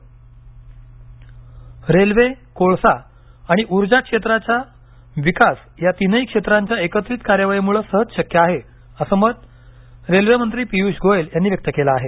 railway मंत्री Piyush Goyal railway कोळसा आणि ऊर्जा क्षेत्राच्या विकास या तीनही क्षेत्रांचा एकत्रित कार्यवाहीमुळे सहज शक्य आहे असं मत रेल्वे मंत्री पियुष गोयल यांनी व्यक्त केलं आहे